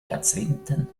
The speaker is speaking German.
jahrzehnten